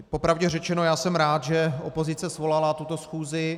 Po pravdě řečeno, já jsem rád, že opozice svolala tuto schůzi.